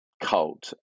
cult